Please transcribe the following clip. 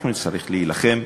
אנחנו נצטרך להילחם,